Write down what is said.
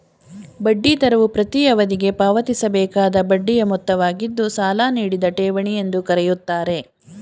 ಬಡ್ಡಿ ದರವು ಪ್ರತೀ ಅವಧಿಗೆ ಪಾವತಿಸಬೇಕಾದ ಬಡ್ಡಿಯ ಮೊತ್ತವಾಗಿದ್ದು ಸಾಲ ನೀಡಿದ ಠೇವಣಿ ಎಂದು ಕರೆಯುತ್ತಾರೆ